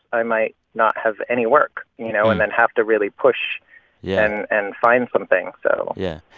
i might not have any work, you know, and then have to really push yeah and and find something. so. yeah.